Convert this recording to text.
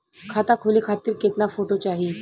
खाता खोले खातिर केतना फोटो चाहीं?